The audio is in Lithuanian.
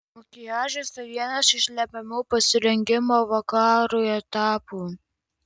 makiažas tai vienas iš lemiamų pasirengimo vakarui etapų